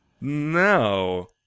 No